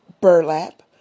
burlap